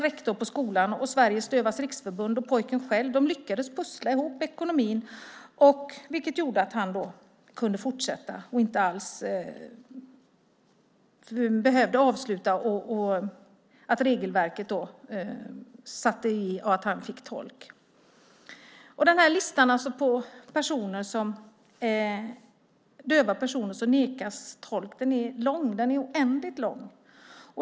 Rektorn på skolan, Sveriges Dövas Riksförbund och pojken själv lyckades pussla ihop ekonomin, vilket gjorde att pojken fick en tolk och kunde fortsätta sin utbildning. Listan över döva personer som nekas tolk är oändligt lång.